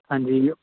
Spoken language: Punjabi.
ਹਾਂਜੀ